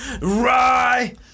Rye